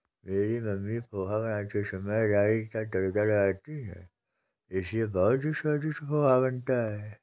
मेरी मम्मी पोहा बनाते समय राई का तड़का लगाती हैं इससे बहुत ही स्वादिष्ट पोहा बनता है